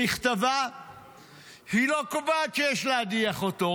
במכתבה היא לא קובעת שיש להדיח אותו,